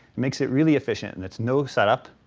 it makes it really efficient and it's no set up.